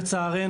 לצערנו,